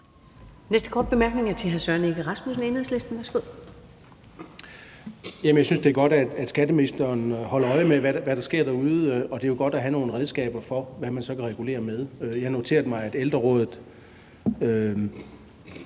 næste korte bemærkning er til hr. Søren Egge Rasmussen, Enhedslisten. Værsgo. Kl. 13:24 Søren Egge Rasmussen (EL): Jeg synes, det er godt, at skatteministeren holder øje med, hvad der sker derude, og det er jo godt at have nogle redskaber for, hvad man så kan regulere med. Jeg har noteret mig, at Ældre